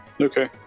Okay